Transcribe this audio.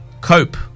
cope